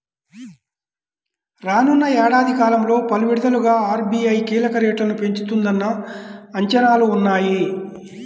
రానున్న ఏడాది కాలంలో పలు విడతలుగా ఆర్.బీ.ఐ కీలక రేట్లను పెంచుతుందన్న అంచనాలు ఉన్నాయి